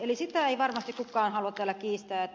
eli sitä ei varmasti kukaan halua täällä kiistää